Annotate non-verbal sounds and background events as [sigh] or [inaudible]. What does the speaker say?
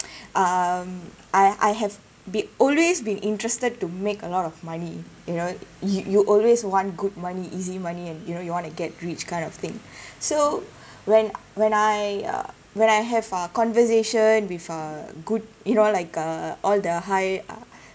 [noise] um I I have be~ always been interested to make a lot of money you know you you always want good money easy money and you know you want to get rich kind of thing [breath] so when when I uh when I have a conversation with a good you know like uh all the high [breath]